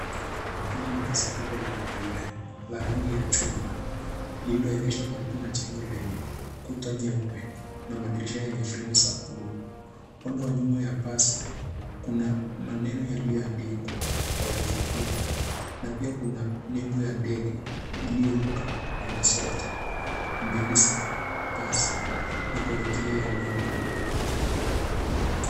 Hili ni basi kubwa la abiria, la rangi ya chungwa, lililoegeshwa karibu na jengo lenye kuta nyeupe na madirisha yenye fremu za blue . Upande wa nyuma ya basi, kuna maneno yaliyoandikwa kwa herufi kubwa. Na pia kuna nembo ya ndege iliyoruka pande zote mbili za basi na kwenye kioo ya nyuma.